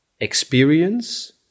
experience